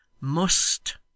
Must